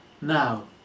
now